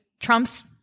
Trump's